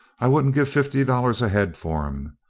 i wouldn't give fifty dollars a head for em.